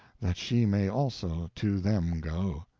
that she may also to them go.